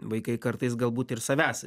vaikai kartais galbūt ir savęs